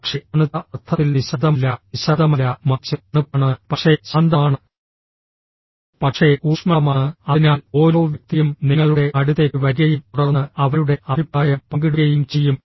പക്ഷേ തണുത്ത അർത്ഥത്തിൽ നിശബ്ദമല്ല നിശബ്ദമല്ല മറിച്ച് തണുപ്പാണ് പക്ഷേ ശാന്തമാണ് പക്ഷേ ഊഷ്മളമാണ് അതിനാൽ ഓരോ വ്യക്തിയും നിങ്ങളുടെ അടുത്തേക്ക് വരികയും തുടർന്ന് അവരുടെ അഭിപ്രായം പങ്കിടുകയും ചെയ്യും